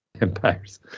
empires